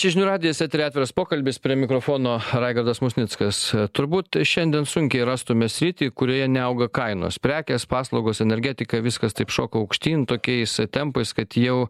čia žinių radijas etery atviras pokalbis prie mikrofono raigardas musnickas turbūt šiandien sunkiai rastume sritį kurioje neauga kainos prekės paslaugos energetika viskas taip šoka aukštyn tokiais tempais kad jau